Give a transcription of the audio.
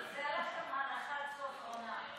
עשה לכם הנחת סוף עונה.